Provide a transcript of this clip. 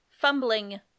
fumbling